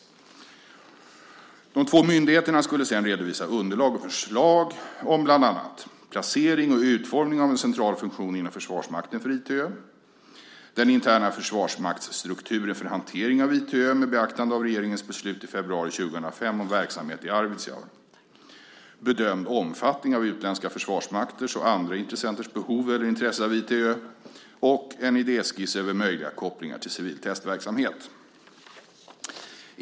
De två myndigheterna skulle redovisa underlag och förslag om bland annat placering och utformning av en central funktion inom Försvarsmakten för ITÖ, den interna försvarsmaktsstrukturen för hantering av ITÖ med beaktande av regeringens beslut i februari 2005 om verksamhet i Arvidsjaur, bedömd omfattning av utländska försvarsmakters och andra intressenters behov eller intresse av ITÖ och en idéskiss över möjliga kopplingar till civil testverksamhet.